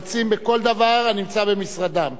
לפחות השרים שנמצאים פה,